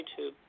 YouTube